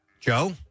Joe